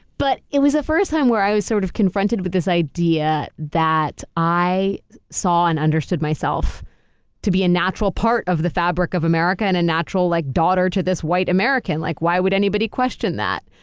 but it was the first time where i was sort of confronted with this idea that i saw and understood myself to be a natural part of the fabric of america and a and natural like daughter to this white american. like why would anybody question that?